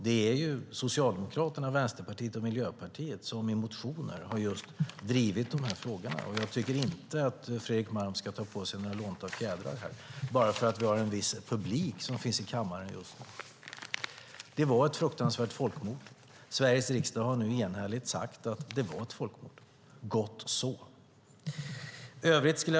Det är Socialdemokraterna, Vänsterpartiet och Miljöpartiet som i motioner har drivit frågorna. Jag tycker inte att Fredrik Malm ska uppträda i lånta fjädrar bara för att vi har en viss publik i kammaren just nu. Det var ett fruktansvärt folkmord. Sveriges riksdag har nu enhälligt sagt att det var ett folkmord. Gott så.